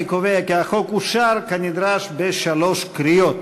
אני קובע כי החוק אושר כנדרש בשלוש קריאות.